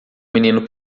menino